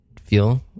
feel